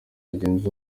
rigena